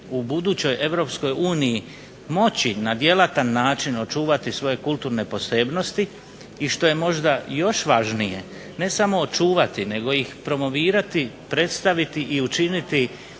u budućoj Europskoj uniji moći na djelatan način očuvati svoje kulturne posebnosti i što je možda još važnije ne samo očuvati nego ih promovirati, predstaviti i učiniti